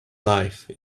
life